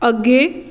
ਅੱਗੇ